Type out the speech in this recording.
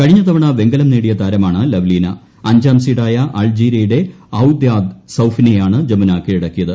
കഴിഞ്ഞ തവണ വെങ്കലം നേടിയ താരമാണ് ലവ്ലിന അഞ്ചാം സീഡായ അൾജീരിയയുടെ ഔയ്ദാദ് സൌഫിനെയാണ് ജമുന കീഴടക്കിയത്